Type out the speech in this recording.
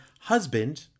husband